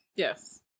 Yes